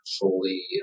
fully